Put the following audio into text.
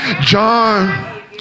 John